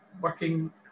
working